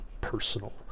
personal